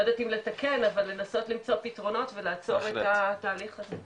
אני לא יודעת אם לתקן אבל לנסות למצוא פתרונות ולחזק את התהליך הזה.